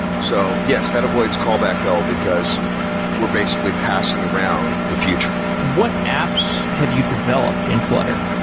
so yes, that avoids callback hell, because we're basically passing around the future. what apps have you developed in flutter?